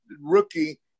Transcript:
rookie